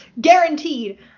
guaranteed